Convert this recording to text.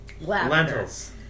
lentils